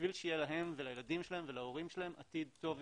בשביל שיהיה להם ולילדים שלהם ולהורים שלהם עתיד טוב יותר.